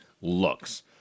looks